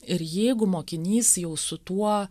ir jeigu mokinys jau su tuo